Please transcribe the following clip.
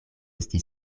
esti